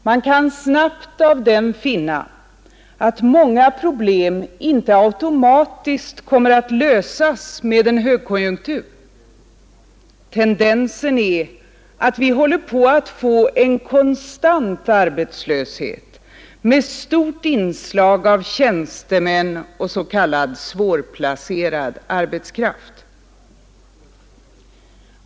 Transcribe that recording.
Man kan snabbt av den finna att många problem inte automatiskt kommer att lösas med en högkonjunktur. Tendensen är att vi håller på att få en konstant arbetslöshet med stort inslag av tjänstemän och s.k. svårplacerad arbetskraft.